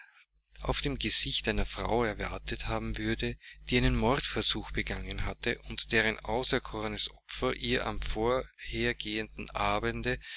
auf dem gesichte einer frau erwartet haben würde die einen mordversuch begangen hatte und deren auserkorenes opfer ihr am vorhergehenden abende